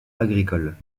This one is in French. agricole